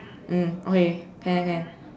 mm okay can can can